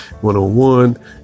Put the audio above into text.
one-on-one